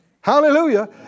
Hallelujah